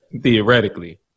Theoretically